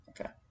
Okay